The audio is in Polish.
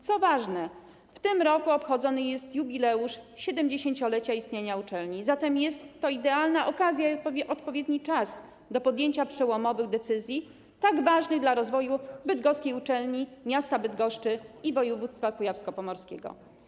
Co ważne, w tym roku obchodzony jest jubileusz 70-lecia istnienia uczelni, zatem jest to idealna okazja i odpowiedni czas do podjęcia przełomowych decyzji, tak ważnych dla rozwoju bydgoskiej uczelni, miasta Bydgoszczy i województwa kujawsko-pomorskiego.